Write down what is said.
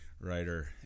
writer